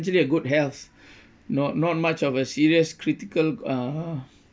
a good health not not much of a serious critical uh